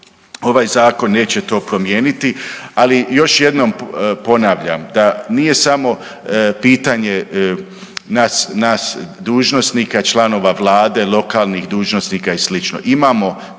Ovaj zakon neće to promijeniti, ali još jednom ponavljam da, nije samo pitanje nas, nas dužnosnika, članova Vlade, lokalnih dužnosnika i slično. Imamo